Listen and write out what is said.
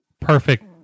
perfect